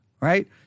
Right